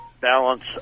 balance